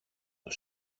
του